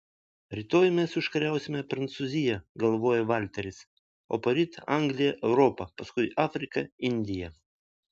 rytoj mes užkariausime prancūziją galvojo valteris o poryt angliją europą paskui afriką indiją